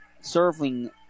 serving